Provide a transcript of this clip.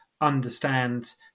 understand